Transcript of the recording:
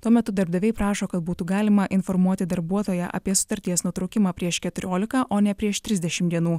tuo metu darbdaviai prašo kad būtų galima informuoti darbuotoją apie sutarties nutraukimą prieš keturiolika o ne prieš trisdešimt dienų